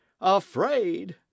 Afraid